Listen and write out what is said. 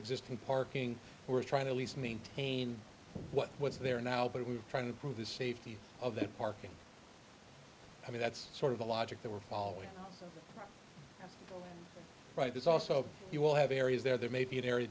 existing parking we're trying to lease maintain what was there now but we're trying to prove the safety of the parking i mean that's sort of the logic that we're following right this also you will have areas that there may be an area